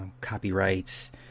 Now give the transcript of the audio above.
copyrights